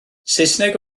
saesneg